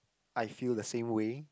I feel the same way